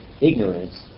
ignorance